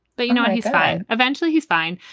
but you know what? he's fine. eventually he's fine.